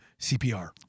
CPR